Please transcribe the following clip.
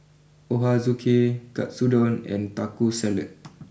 Ochazuke Katsudon and Taco Salad